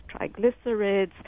triglycerides